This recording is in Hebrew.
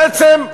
בעצם,